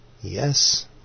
Yes